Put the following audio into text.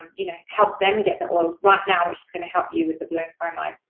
you know, help them get the oils right now, which is gonna help you with the bloom promo.